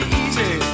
easy